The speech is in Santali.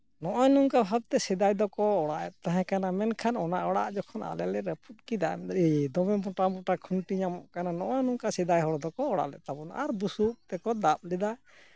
ᱱᱚᱜᱼᱚᱭ ᱱᱚᱝᱠᱟ ᱵᱷᱟᱵᱛᱮ ᱥᱮᱫᱟᱭ ᱫᱚᱠᱚ ᱚᱲᱟᱜ ᱮᱫ ᱛᱟᱦᱮᱸᱠᱟᱱᱟ ᱢᱮᱱᱠᱷᱟᱱ ᱚᱱᱟ ᱚᱲᱟᱜ ᱡᱚᱠᱷᱚᱱ ᱟᱞᱮ ᱞᱮ ᱨᱟᱹᱯᱩᱫ ᱠᱮᱫᱟ ᱢᱮᱱᱫᱟᱞᱮ ᱮᱭ ᱫᱚᱢᱮ ᱢᱚᱴᱟ ᱢᱚᱴᱟ ᱠᱷᱩᱱᱴᱤ ᱧᱟᱢᱚᱜ ᱠᱟᱱᱟ ᱱᱚᱜᱼᱚᱭ ᱱᱚᱝᱠᱟ ᱥᱮᱫᱟᱭ ᱦᱚᱲ ᱫᱚᱠᱚ ᱚᱲᱟᱜ ᱞᱮᱫ ᱛᱟᱵᱚᱱᱟ ᱟᱨ ᱵᱩᱥᱩᱵ ᱛᱮᱠᱚ ᱫᱟᱵ ᱞᱮᱫᱟ